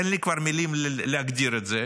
אין לי כבר מילים להגדיר את זה,